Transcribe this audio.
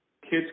kids